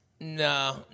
No